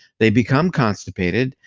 they become constipated,